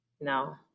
no